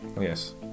Yes